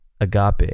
agape